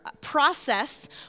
process